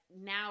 now